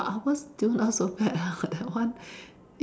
but ours still not so bad ah that one